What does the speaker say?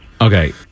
Okay